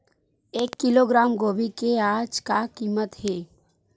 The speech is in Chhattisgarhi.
एक किलोग्राम गोभी के आज का कीमत हे?